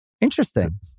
Interesting